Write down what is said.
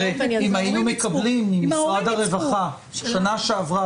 אם היינו מקבלים ממשרד הרווחה בשנה שעברה